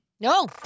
No